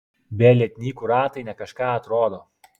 be lietnykų ratai ne kažką atrodo